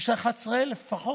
יש לה 11,000 לפחות,